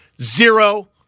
zero